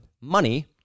money